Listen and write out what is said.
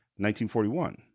1941